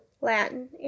Latin